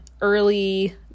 early